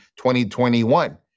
2021